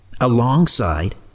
alongside